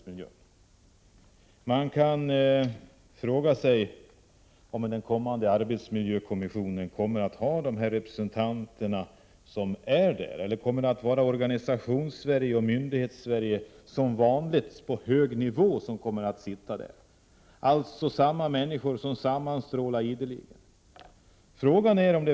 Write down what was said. Man kan fråga sig om den kommande arbetsmiljökommissionen kommer att ha sådana representanter eller om det som vanligt kommer att vara Organisationssverige och Myndighetssverige på hög nivå som deltar, alltså samma människor som sammanstrålar ideligen.